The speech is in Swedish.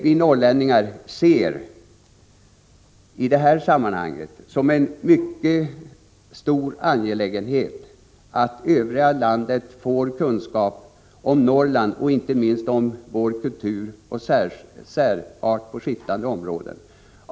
Vi norrlänningar ser det som en stor angelägenhet att till övriga landet sprida kunskap om Norrland, och då inte minst om vår kultur och särart på skiftande områden.